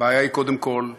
הבעיה היא קודם כול חברתית,